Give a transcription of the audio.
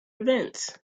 events